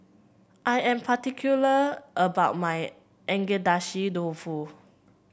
I am particular about my Agedashi Dofu